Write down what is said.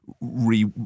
re